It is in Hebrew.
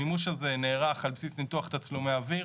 המימוש הזה נערך על בסיס ניתוח תצלומי אוויר.